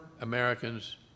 Americans